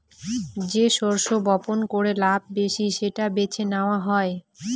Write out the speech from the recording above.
যে শস্য বপন করে লাভ বেশি সেটা বেছে নেওয়া হয়